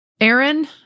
Aaron